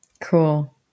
cool